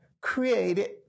created